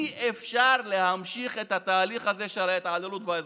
אי-אפשר להמשיך את התהליך הזה של ההתעללות באזרחים.